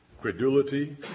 credulity